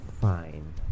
fine